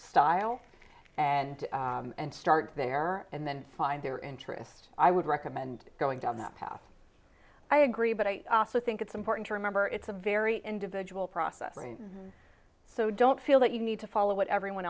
style and and start there and then find their interest i would recommend going down that path i agree but i also think it's important to remember it's a very individual process trained so don't feel that you need to follow what everyone